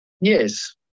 Yes